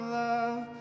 love